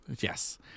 Yes